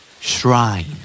Shrine